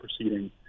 proceeding